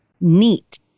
NEAT